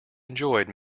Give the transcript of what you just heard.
enjoyed